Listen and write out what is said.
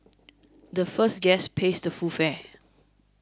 the first guest pays the full fare